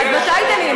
עד מתי דנים?